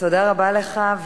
תודה רבה לך.